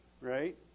right